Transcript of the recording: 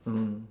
mm